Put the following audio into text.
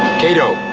kato,